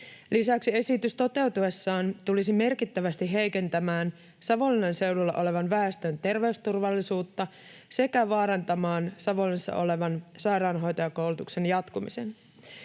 Lisäksi esitys toteutuessaan tulisi merkittävästi heikentämään Savonlinnan seudulla olevan väestön terveysturvallisuutta sekä vaarantamaan Savonlinnassa olevan sairaanhoitajakoulutuksen jatkumisen.